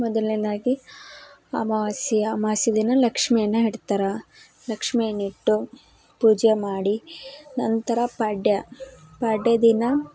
ಮೊದಲ್ನೇಯದಾಗಿ ಅಮಾವಾಸ್ಯೆಯ ಅಮಾಸ್ಯೆ ದಿನ ಲಕ್ಷ್ಮೀಯನ್ನು ಇಡ್ತಾರೆ ಲಕ್ಷ್ಮೀಯನ್ನಿಟ್ಟು ಪೂಜೆ ಮಾಡಿ ನಂತರ ಪಾಡ್ಯ ಪಾಡ್ಯ ದಿನ